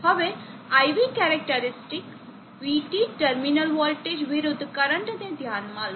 હવે IV characteristic vt terminal voltage વિરુદ્ધ કરંટને ધ્યાનમાં લો